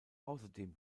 außerdem